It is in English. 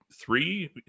Three